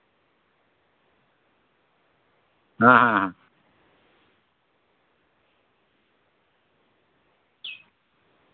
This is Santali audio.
ᱦᱮᱸ ᱦᱮᱸ ᱦᱮᱸ